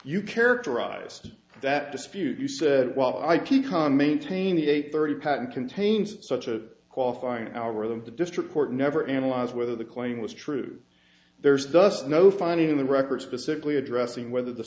you characterized that dispute you said while i pecan maintain the eight thirty patent contains such a qualifying algorithm the district court never analyze whether the claim was true there's thus no finding in the record specifically addressing whether the